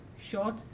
short